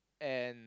and